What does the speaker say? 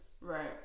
Right